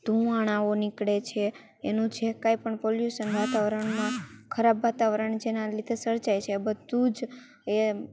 ધુમાડાઓ નીકળે છે એનું જે કંઇ પણ પોલ્યુસન વાતાવરણમાં ખરાબ વાતાવરણ જેનાં લીધે સર્જાય છે આ બધું જ એ